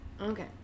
Okay